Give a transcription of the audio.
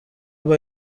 بار